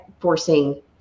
forcing